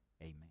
amen